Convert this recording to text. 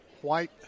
white